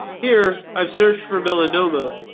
here i've searched for melanoma,